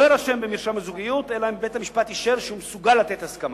לא יירשם במרשם הזוגיות אלא אם כן אישר בית-המשפט שהוא מסוגל לתת הסכמה.